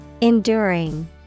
Enduring